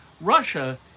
Russia